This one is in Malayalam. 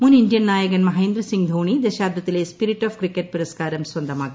മുൻ ഇന്ത്യൻ നായകൻ മഹേന്ദ്ര സിങ് ധോണി ദശാബ്ദത്തിലെ സ്പിരിറ്റ് ഓഫ് ക്രിക്കറ്റ് പുരസ്കാരം സ്വന്തമാക്കി